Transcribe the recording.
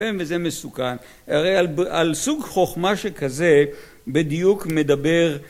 וזה מסוכן הרי על סוג חוכמה שכזה בדיוק מדבר